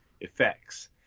Effects